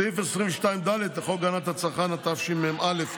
סעיף 22ד לחוק הגנת הצרכן, התשמ"א 1981,